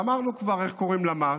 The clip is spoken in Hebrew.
אמרנו כבר איך קוראים למס: